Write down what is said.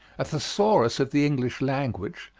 a thesaurus of the english language,